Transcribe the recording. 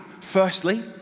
firstly